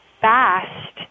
fast